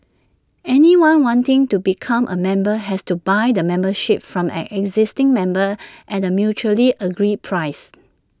anyone wanting to become A member has to buy the membership from an existing member at A mutually agreed price